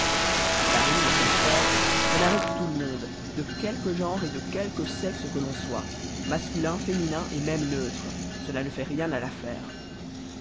à paris au contraire on arrête tout le monde de quelque genre et de quelque sexe que l'on soit masculin féminin et même neutre cela ne fait rien à l'affaire